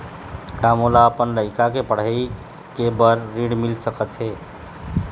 का मोला अपन लइका के पढ़ई के बर ऋण मिल सकत हे?